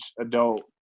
adult